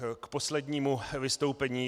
K poslednímu vystoupení.